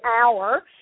hour